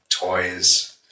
toys